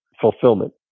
fulfillment